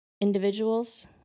individuals